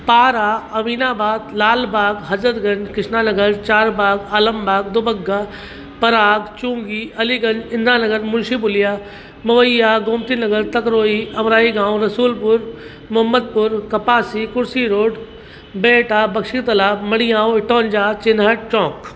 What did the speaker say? पारा अमीनाबाद लालबाग हजरतगंज कृष्ना नगर चारबाग आलमबाग दुबग्गा पराग चुंगी अलीगंज इंद्रा नगर मुंशी पुलिया मवैया गोमती नगर तकरोई अमराई गामु रसूलपुर मोहम्मदपुर कपासी कुर्सी रोड बेटा बक्शी तालाब मड़ीयांव इटौंजा चिनहट चौक